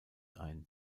ein